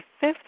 fifth